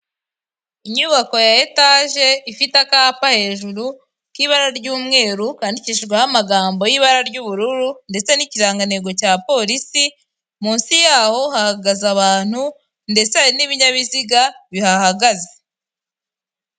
Inyubako ya etage ifite akapa hejuru k'ibara ry'umweru kandikishijweho amagambo y'ibara ry'ubururu ndetse n'ikirangantego cya polisi munsi yaho hahagaze abantu ndetse hari n'ibinyabiziga bihagaze.